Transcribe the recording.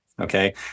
okay